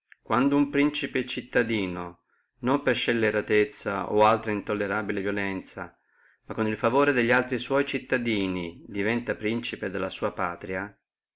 quando uno privato cittadino non per scelleratezza o altra intollerabile violenzia ma con il favore delli altri sua cittadini diventa principe della sua patria